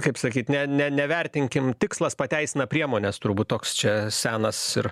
kaip sakyt ne ne nevertinkim tikslas pateisina priemones turbūt toks čia senas ir